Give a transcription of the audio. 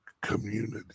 community